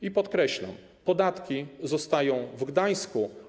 I podkreślam: podatki zostają w Gdańsku.